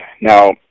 Now